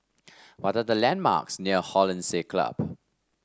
what are the landmarks near Hollandse Club